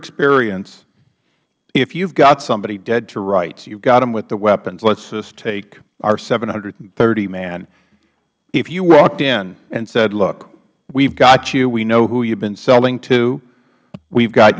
experience if you have got somebody dead to rights you have got them with the weapons let's just take our seven hundred and thirty man if you walked in and said look we've got you we know who you've been selling to we've got